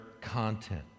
content